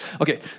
Okay